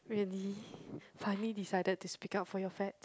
really finally decided to speak up for your fats